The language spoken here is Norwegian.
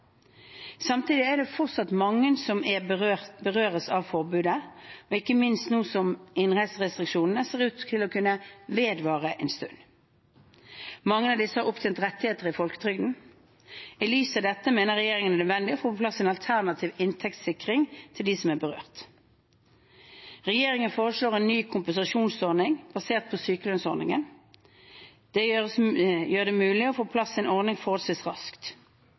Samtidig er det fortsatt mange som berøres av forbudet, og ikke minst nå som innreiserestriksjonene ser ut til å kunne vedvare en stund. Mange av disse har opptjent rettigheter i folketrygden. I lys av dette mener regjeringen det er nødvendig å få på plass en alternativ inntektssikring til dem som er berørt. Regjeringen foreslår en ny kompensasjonsordning basert på sykelønnsordningen. Det gjør det mulig å få på plass en ordning forholdsvis raskt.